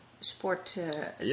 sport